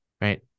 right